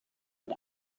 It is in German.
und